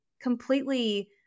completely